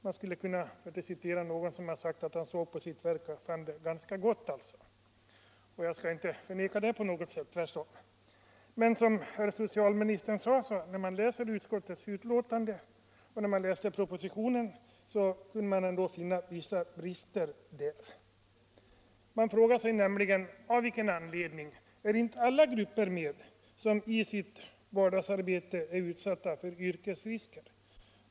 Man skulle kunna använda den välkända formuleringen: ”Han såg på sitt verk och fann det ganska gott.” Dock kan man i propositionen och i utskottets betänkande finna vissa brister. Av vilken anledning är inte alla grupper med som i sitt vardagsarbete är utsatta för yrkesrisker?